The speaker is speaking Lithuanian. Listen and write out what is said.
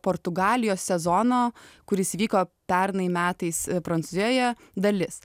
portugalijos sezono kuris vyko pernai metais prancūzijoje dalis